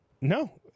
No